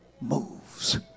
moves